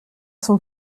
son